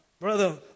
Brother